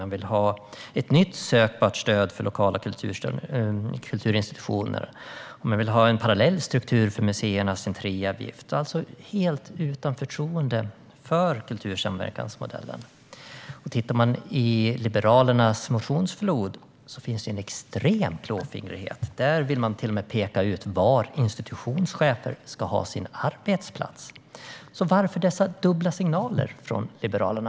Man vill ha ett nytt sökbart stöd för lokala kulturinstitutioner, och man vill ha en parallell struktur för museernas entréavgift. Man visar alltså inget förtroende för kultursamverkansmodellen. Och tittar man i Liberalernas motionsflod ser man en extrem klåfingrighet; där vill man till och med peka ut var institutionschefer ska ha sin arbetsplats. Varför dessa dubbla signaler från Liberalerna?